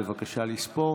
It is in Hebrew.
בבקשה לספור.